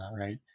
right